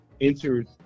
entered